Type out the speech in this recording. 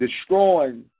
destroying